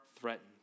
threatened